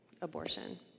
abortion